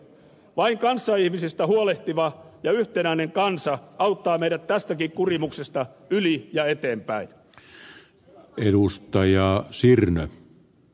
vain kanssaihmisistä huolehtiva ja yhtenäinen kansa auttaa meidät tästäkin kurimuksesta yli ja eteenpäin b virusta ja sir ne